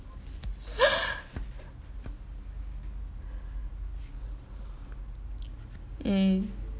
mm